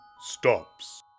stops